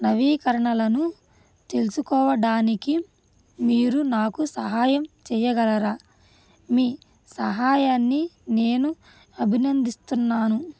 నవీకరణలను తెలుసుకోవడానికి మీరు నాకు సహాయం చేయగలరా మీ సహాయాన్ని నేను అభినందిస్తున్నాను